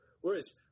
whereas